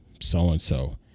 so-and-so